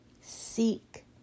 Seek